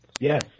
Yes